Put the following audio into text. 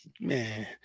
Man